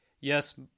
Yes